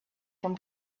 from